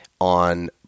on